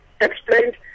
explained